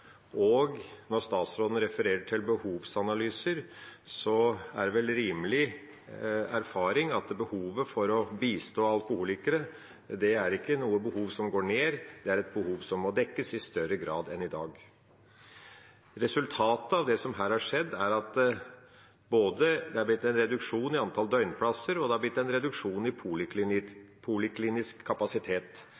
Og når statsråden refererer til behovsanalyser, er det vel en rimelig erfaring at behovet for å bistå alkoholikere ikke er et behov som går ned; det er et behov som må dekkes i større grad enn i dag. Resultatet av det som her har skjedd, er at det både er blitt en reduksjon i antall døgnplasser og en reduksjon i